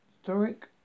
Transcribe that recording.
historic